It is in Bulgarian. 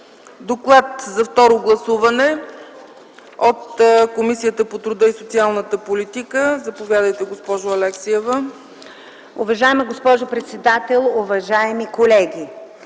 доклад за второ гласуване от Комисията по труда и социалната политика. Заповядайте, госпожо Алексиева,